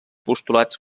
postulats